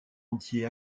entier